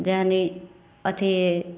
जेहन ई अथी